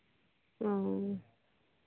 हाँ